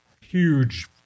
huge